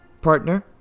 Partner